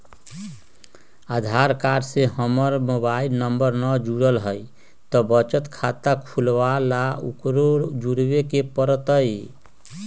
आधार card से हमर mobile number न जुरल है त बचत खाता खुलवा ला उकरो जुड़बे के पड़तई?